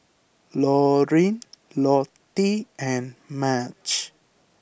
Loreen Lottie and Madge